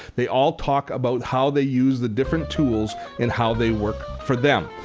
they all talk about how they use the different tools and how they work for them.